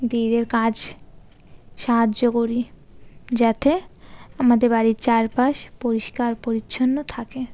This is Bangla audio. দিদিদের কাজ সাহায্য করি যাতে আমাদের বাড়ির চারপাশ পরিষ্কার পরিচ্ছন্ন থাকে